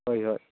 ꯍꯣꯏ ꯍꯣꯏ